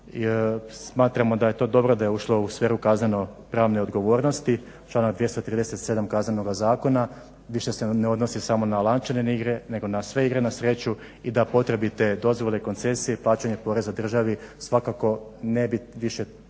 Smatramo da je to dobro da je ušlo u sferu kaznenopravne odgovornosti, članak 237. Kaznenog zakona, više se ne odnosi samo na lančane igre nego na sve igre na sreću i da potrebite dozvole i koncesije plaćanje poreza državi svakako ne bi trebalo